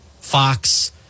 Fox